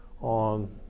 on